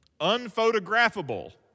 unphotographable